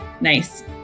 Nice